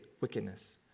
wickedness